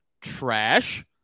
trash